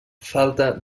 falta